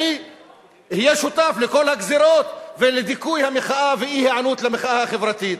אני אהיה שותף לכל הגזירות ולדיכוי המחאה ואי-היענות למחאה החברתית.